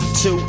two